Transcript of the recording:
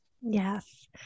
Yes